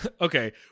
Okay